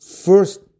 first